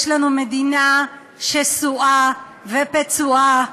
יש לנו מדינה שסועה ופצועה,